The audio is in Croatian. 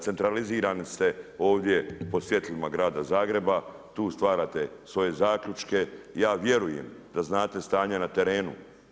Centralizirani ste ovdje pod svjetlima grada Zagreba, tu stvarate svoje zaključke, ja vjerujem da znate stanje na terenu.